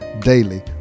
Daily